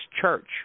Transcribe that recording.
church